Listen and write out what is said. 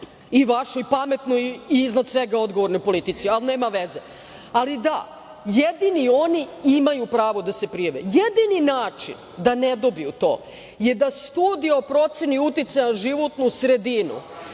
i vašoj pametnoj i iznad svega odgovornoj politici, ali nema veze. Jedini oni imaju pravo da se prijave. Jedini način da ne dobiju to je da Studija o proceni uticaja na životnu sredinu